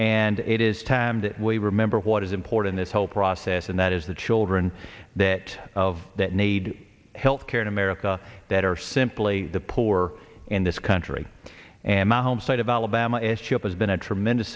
and it is time that we remember what is important this whole process and that is the children that of that need health care in america that are simply the poor in this country and my home state of alabama s chip has been a tremendous